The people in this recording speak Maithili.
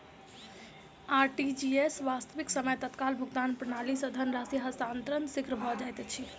आर.टी.जी.एस, वास्तविक समय तत्काल भुगतान प्रणाली, सॅ धन राशि हस्तांतरण शीघ्र भ जाइत अछि